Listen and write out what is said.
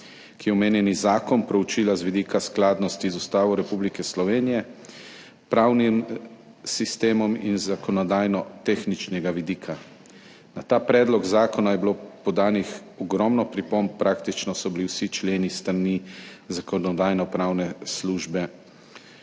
ki je omenjeni zakon proučila z vidika skladnosti z Ustavo Republike Slovenije, pravnim sistemom in z zakonodajno tehničnega vidika. Na ta predlog zakona je bilo podanih ogromno pripomb, praktično so bili vsi členi s strani Zakonodajno-pravne službe